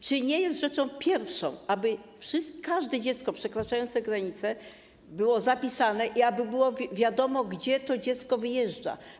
Czy nie jest rzeczą pierwszą, aby każde dziecko przekraczające granicę było zapisane i aby było wiadomo, gdzie to dziecko wyjeżdża?